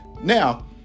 Now